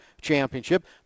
Championship